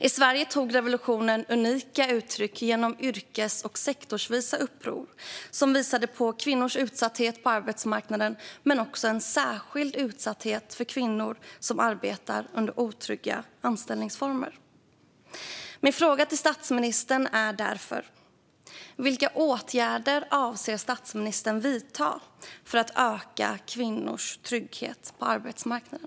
I Sverige tog revolutionen sig unika uttryck genom yrkes och sektorsvisa uppror, som visade på kvinnors utsatthet på arbetsmarknaden och en särskild utsatthet för kvinnor som arbetar under otrygga anställningsformer. Min fråga till statsministern är därför: Vilka åtgärder avser statsministern att vidta för att öka kvinnors trygghet på arbetsmarknaden?